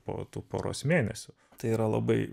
po tų poros mėnesių tai yra labai